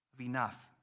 enough